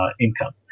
income